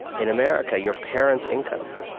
in america, your parents' income